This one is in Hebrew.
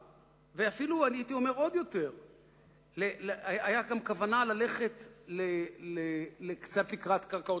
ואפילו הייתי אומר עוד יותר: היתה גם כוונה ללכת קצת לקראת קרקעות